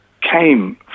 came